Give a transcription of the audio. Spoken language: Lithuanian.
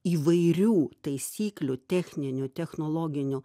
įvairių taisyklių techninių technologinių